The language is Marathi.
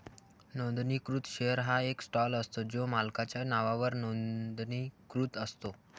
नोंदणीकृत शेअर हा एक स्टॉक असतो जो मालकाच्या नावावर नोंदणीकृत असतो